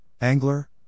Angler